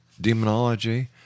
Demonology